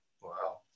Wow